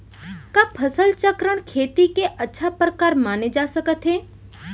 का फसल चक्रण, खेती के अच्छा प्रकार माने जाथे सकत हे?